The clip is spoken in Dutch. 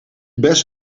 best